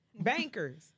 Bankers